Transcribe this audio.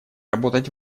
работать